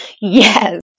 Yes